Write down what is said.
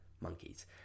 monkeys